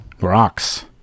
Rocks